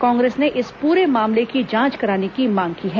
कांग्रेस ने इस पूरे मामले की जांच कराने की मांग की है